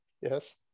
Yes